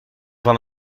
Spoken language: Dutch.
van